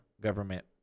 government